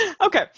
Okay